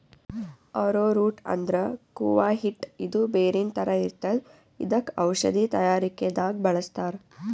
ಆರೊ root ಅಂದ್ರ ಕೂವ ಹಿಟ್ಟ್ ಇದು ಬೇರಿನ್ ಥರ ಇರ್ತದ್ ಇದಕ್ಕ್ ಔಷಧಿ ತಯಾರಿಕೆ ದಾಗ್ ಬಳಸ್ತಾರ್